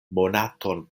monaton